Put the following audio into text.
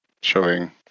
showing